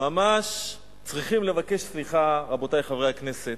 ממש צריכים לבקש סליחה, רבותי חברי הכנסת,